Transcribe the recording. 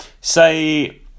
say